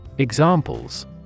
Examples